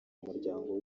muryango